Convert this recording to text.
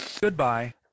Goodbye